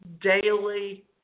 daily